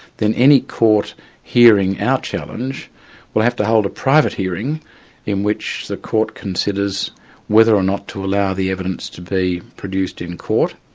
then any court hearing our challenge will have to hold a private hearing in which the court considers whether or not to allow the evidence to be produced in court.